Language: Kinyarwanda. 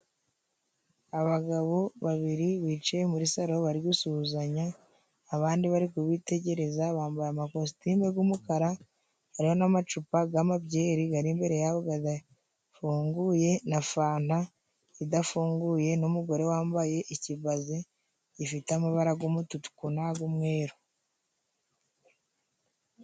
Abagabo babiri bicaye muri saro， bari gusuhuzanya，abandi bari kubitegereza， bambaye amakositimu g'umukara hari n'amacupa g'amabyeri garemereye gadafunguye， na fanta idafunguye， n'umugore wambaye ikibaze gifite amabara g'umutuku n'ag'umweru.